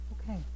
Okay